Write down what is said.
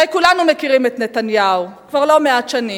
הרי כולנו מכירים את נתניהו כבר לא מעט שנים.